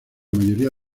mayoría